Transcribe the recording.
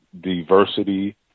diversity